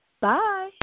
Bye